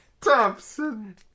Thompson